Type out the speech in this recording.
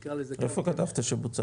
נקרא לזה --- איפה כתבת שבוצע?